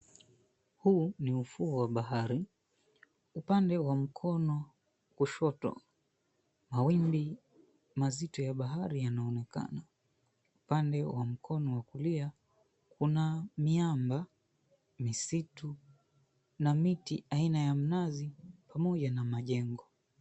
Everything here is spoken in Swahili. Huu ni ufuo wa bahari. Upande wa mkono kushoto mawimbi mazito ya bahari yanaonekana. Upande wa mkono wa kulia kuna miamba, misitu na miti aina ya mnazi pamoja na majengo.